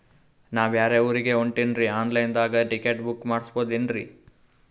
ನಾ ಬ್ಯಾರೆ ಊರಿಗೆ ಹೊಂಟಿನ್ರಿ ಆನ್ ಲೈನ್ ದಾಗ ಟಿಕೆಟ ಬುಕ್ಕ ಮಾಡಸ್ಬೋದೇನ್ರಿ?